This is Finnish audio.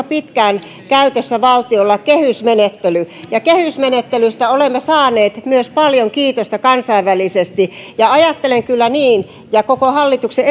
pitkään valtiolla käytössä kehysmenettely ja kehysmenettelystä olemme saaneet paljon kiitosta myös kansainvälisesti ja ajattelen kyllä niin ja koko hallituksen